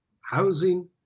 housing